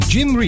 Jim